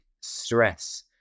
stress